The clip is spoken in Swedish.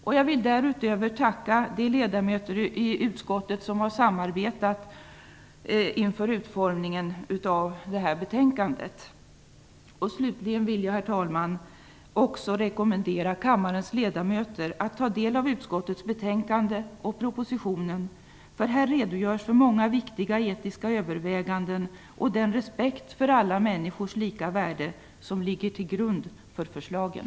Därutöver vill jag tacka de ledamöter i utskottet som har samarbetat inför utformningen av detta betänkande. Herr talman! Slutligen vill jag också rekommendera kammarens ledamöter att ta del av utskottets betänkande och propositionen. Här redogörs för många viktiga etiska överväganden och för den respekt för alla människors lika värde som ligger till grund för förslagen.